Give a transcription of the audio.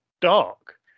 dark